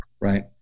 right